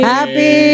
Happy